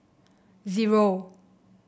zero